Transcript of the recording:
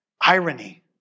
irony